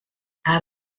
out